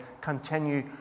continue